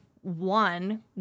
one